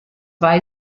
vai